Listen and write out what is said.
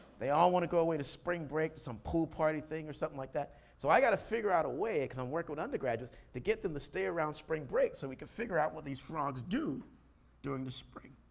they all wanna go away to spring break, some pool party thing or something like that. so i gotta figure out a way, cause i'm working with undergraduates, to get them to stay around spring break so we could figure out what these frogs do during the spring.